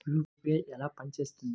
UPI ఎలా పనిచేస్తుంది?